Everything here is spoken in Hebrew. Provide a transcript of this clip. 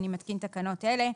אני מתקין תקנות אלה: